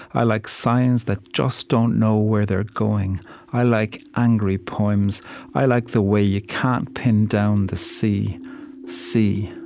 i like signs that just don't know where they're going i like angry poems i like the way you can't pin down the sea see.